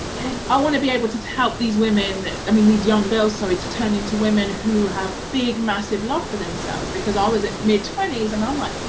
and i wanna be able to help these women, i mean these young girls, sorry, to turn into women who have big, massive love for themselves because i was at mid twenty s and i'm like,